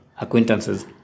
acquaintances